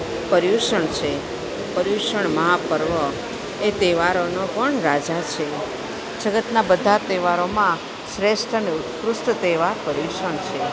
પર્યુષણ છે પર્યુષણ મહાપર્વ એ તહેવારોનો પણ રાજા છે જગતના બધા તહેવારોમાં શ્રેષ્ઠ અને ઉત્કૃષ્ટ તહેવાર પર્યુષણ છે